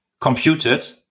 computed